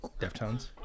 Deftones